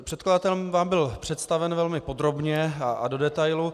Předkladatelem vám byl představen velmi podrobně a do detailu.